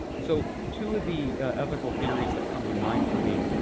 so two of the ethical theories that come to mind for me,